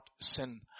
sin